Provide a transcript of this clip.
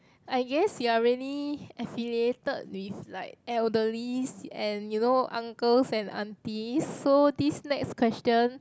I guess you're really affiliated with like elderlies and you know uncles and aunties so this next question